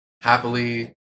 happily